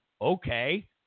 Okay